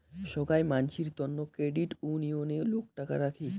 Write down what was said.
সোগাই মানসির তন্ন ক্রেডিট উনিয়ণে লোক টাকা রাখি